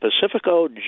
Pacifico